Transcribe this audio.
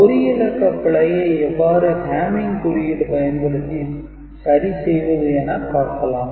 1 இலக்க பிழையை எவ்வாறு 'hamming' குறியீடு பயன்படுத்தி சரி செய்வது என பார்க்கலாம்